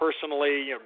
personally